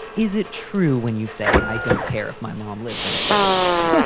is it true when you say, i don't care if my mom lives in a clothing optional? but